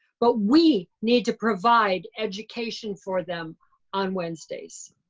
but we need to provide education for them on wednesdays.